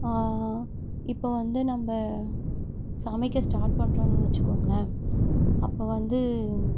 இப்போது வந்து நம்ம சமைக்க ஸ்டார்ட் பண்ணுறோன்னு வச்சுக்கோங்களேன் அப்போது வந்து